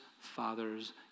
fathers